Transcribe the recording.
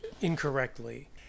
incorrectly